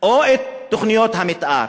או את תוכניות המיתאר.